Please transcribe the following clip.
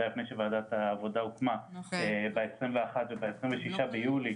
זה היה לפני שוועדת העבודה הוקמה ב-21 וב-26 ביולי,